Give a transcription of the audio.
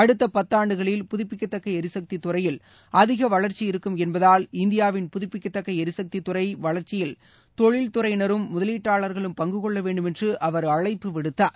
அடுத்த பத்தாண்டுகளில் புதப்பிக்கத்தக்க எரிசக்தித் துறையில் அதிக வளர்ச்சி இருக்கும் என்பதால் இந்தியாவின் புதுப்பிக்கத்தக்க எரிசக்தித் துறை வளர்ச்சியில் தொழில்துறையினரும் முதலீட்டாளர்களும் பங்கு கொள்ள வேண்டுமென்று அவர் அழைப்பு விடுத்தார்